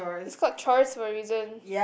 it's called choice for a reason